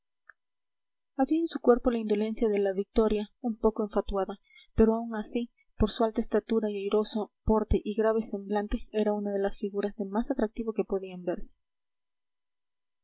en su cuerpo la indolencia de la victoria un poco enfatuada pero aun así por su alta estatura y airoso porte y grave semblante era una de las figuras de más atractivo que podían verse